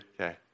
Okay